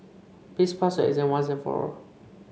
please pass your exam once and for all